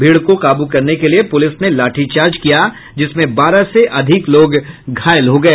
भीड़ को काबू करने के लिए पुलिस ने लाठीचार्ज किया जिसमें बारह से अधिक लोग घायल हो गए